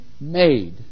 made